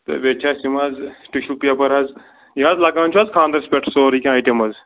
تہٕ بیٚیہِ چھِ اَسہِ یِم حظ ٹِشوٗ پیپَر حظ یہِ حظ لگان چھُ حظ خانٛدرَس پٮ۪ٹھ سورُے کیٚنٛہہ آیٹم حظ